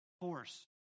force